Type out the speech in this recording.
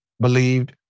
believed